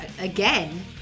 again